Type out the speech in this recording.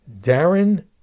Darren